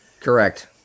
Correct